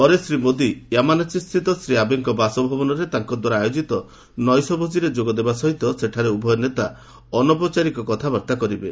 ପରେ ଶ୍ରୀ ମୋଦି ୟାମାନାଶିସ୍ଥିତ ଶ୍ରୀ ଆବେଙ୍କ ବାସଭବନରେ ତାଙ୍କ ଦ୍ୱାରା ଆୟୋକିତ ନୈଶଭୋଜିରେ ଯୋଗଦେବା ସହିତ ସେଠାରେ ଉଭୟ ନେତା ଅନୌପଚାରିକ କଥାବାର୍ତ୍ତା କରିବେ